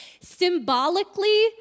Symbolically